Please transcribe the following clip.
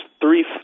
three